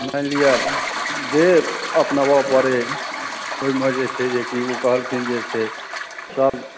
मानि लिअ जे अपनावय पड़य ओहिमे जे छै कि ओ कहलखिन जे छै से सभ